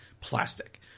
plastic